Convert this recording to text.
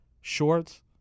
Shorts